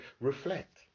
reflect